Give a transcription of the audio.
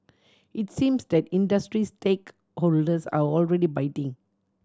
it seems that industry stakeholders are already biting